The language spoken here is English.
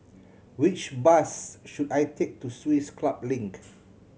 which bus should I take to Swiss Club Link